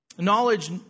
Knowledge